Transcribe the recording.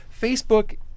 Facebook